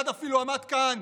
אחד אפילו עמד כאן